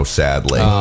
sadly